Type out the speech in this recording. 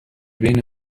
بین